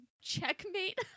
checkmate